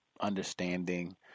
understanding